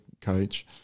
coach